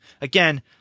Again